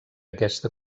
aquesta